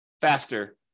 faster